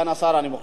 לא השתכנעתי.